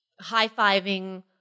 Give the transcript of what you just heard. high-fiving